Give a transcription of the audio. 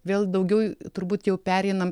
vėl daugiau turbūt jau pereinam